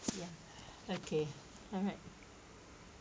ya okay alright